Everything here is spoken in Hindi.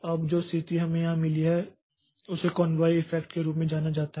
अब जो स्थिति हमें यहां मिली है उसे कोनवोय इफैक्ट के रूप में जाना जाता है